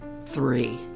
three